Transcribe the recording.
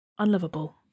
unlovable